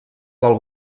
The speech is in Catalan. del